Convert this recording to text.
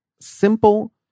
simple